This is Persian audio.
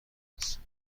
است